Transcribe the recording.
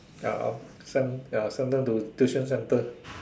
ya I'll send ya send them to tuition centre